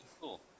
Cool